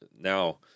now